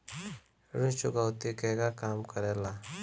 ऋण चुकौती केगा काम करेले?